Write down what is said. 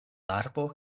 arbo